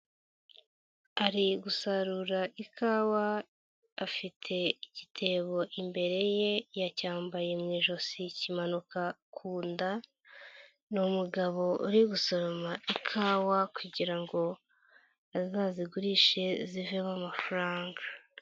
Ari gusarura ikawa afite igitebo imbere ye yacyambaye mu ijosi ikimanuka ku nda, ni umugabo uri gusoroma ikawa kugira ngo azazigurishe zivemo amafaranga.